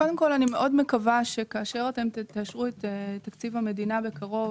קודם כל אני מאוד מקווה שכאשר תאשרו את תקציב המדינה בקרוב,